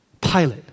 Pilate